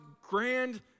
grand